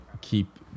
keep